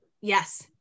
Yes